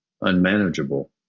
unmanageable